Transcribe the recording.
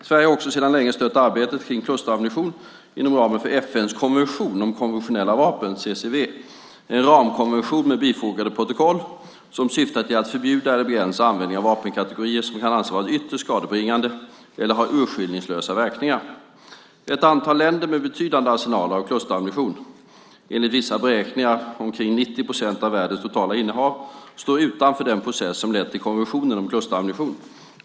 Sverige har också sedan länge stött arbetet kring klusterammunition inom ramen för FN:s konvention om konventionella vapen, CCW, en ramkonvention med bifogade protokoll som syftar till att förbjuda eller begränsa användningen av vapenkategorier som kan anses vara ytterst skadebringande eller har urskillningslösa verkningar. Ett antal länder med betydande arsenaler av klusterammunition - enligt vissa beräkningar omkring 90 procent av världens totala innehav - står utanför den process som lett till konventionen om klusterammunition.